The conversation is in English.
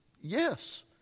yes